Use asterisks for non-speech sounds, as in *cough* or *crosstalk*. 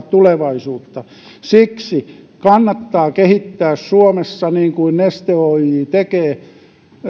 *unintelligible* tulevaisuutta siksi kannattaa kehittää suomessa niin kuin neste oyj tekee